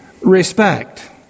respect